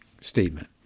statement